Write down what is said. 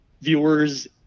viewers